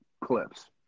clips